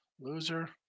Loser